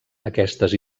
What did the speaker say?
aquestes